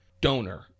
donor